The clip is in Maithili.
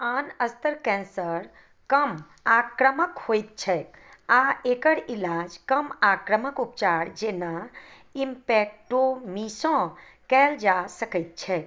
आन स्तन कैन्सर कम आक्रामक होइत छैक आ एकर इलाज कम आक्रामक उपचार जेना इम्पैक्टोमी सॅं कयल जा सकैत छै